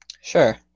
Sure